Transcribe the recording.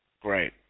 great